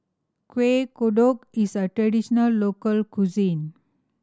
Kuih Kodok is a traditional local cuisine